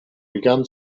began